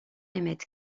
émettre